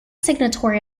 signatory